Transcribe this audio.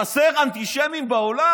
חסרים אנטישמים בעולם?